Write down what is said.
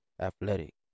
athletic